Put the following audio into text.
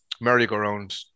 merry-go-round